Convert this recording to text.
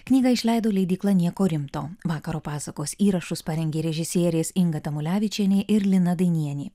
knygą išleido leidykla nieko rimto vakaro pasakos įrašus parengė režisierės inga tamulevičienė ir lina dainienė